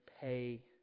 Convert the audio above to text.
pay